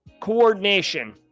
coordination